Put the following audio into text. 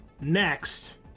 next